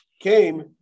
came